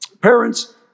parents